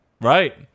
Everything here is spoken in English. Right